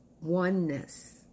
oneness